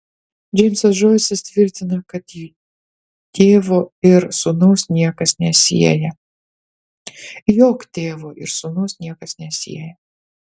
džeimsas džoisas tvirtina jog tėvo ir sūnaus niekas nesieja